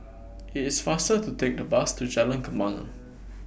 IT IS faster to Take The Bus to Jalan Kembangan